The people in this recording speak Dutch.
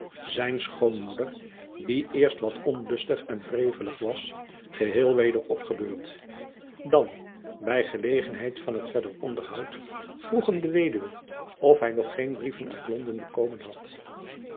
zijn schoonmoeder die eerst wat onlustig en wrevelig was geheel weder opgebeurd dan by gelegenheid van het verder onderhoud vroeg hem de weduwe of hy nog geen brieven uit londen bekomen had